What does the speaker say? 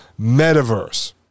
metaverse